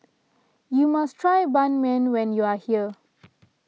you must try Ban Mian when you are here